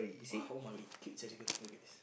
at home I will eat